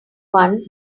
one